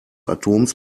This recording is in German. atoms